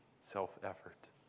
self-effort